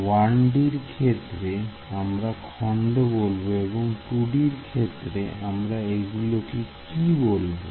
1 D এর ক্ষেত্রে আমরা খন্ড বলবো এবং 2D র ক্ষেত্রে আমরা এগুলিকে কি বলবো